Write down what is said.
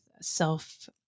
self